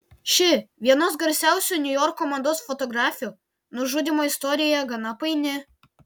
ši vienos garsiausių niujorko mados fotografių nužudymo istorija gana paini